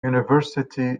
university